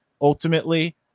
ultimately